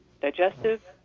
digestive